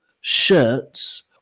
shirts